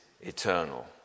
eternal